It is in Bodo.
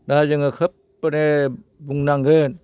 दा जोङो खोब माने बुंनांगोन